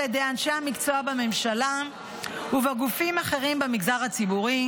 ידי אנשי המקצוע בממשלה ובגופים אחרים במגזר הציבורי,